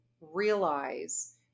realize